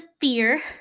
fear